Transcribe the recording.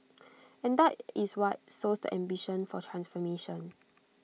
and that is what sows the ambition for transformation